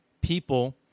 people